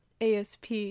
ASP